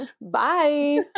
Bye